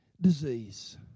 disease